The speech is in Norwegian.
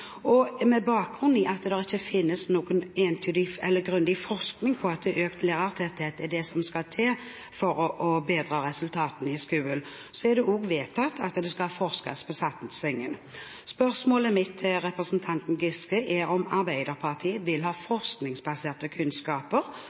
grunnskolen. Med bakgrunn i at det ikke finnes noen grundig forskning på at økt lærertetthet er det som skal til for å bedre resultatene i skolen, er det også vedtatt at det skal forskes på satsingen. Spørsmålet mitt til representanten Giske er om Arbeiderpartiet vil ha forskningsbaserte kunnskaper